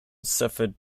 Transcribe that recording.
suffered